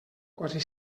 quasi